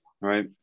right